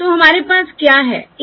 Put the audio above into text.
तो हमारे पास क्या है